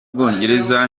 bwongereza